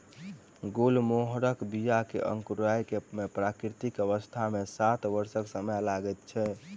गुलमोहरक बीया के अंकुराय मे प्राकृतिक अवस्था मे सात वर्षक समय लगैत छै